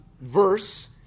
verse